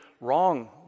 wrong